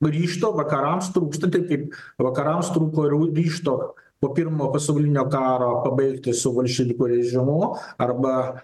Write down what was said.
ryžto vakarams trūksta taip kaip vakarams trūko ryžto po pirmo pasaulinio karo pabaigti su bolševikų režimu arba